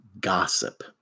gossip